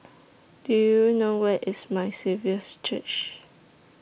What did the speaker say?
Do YOU know Where IS My Saviour's Church